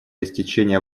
истечения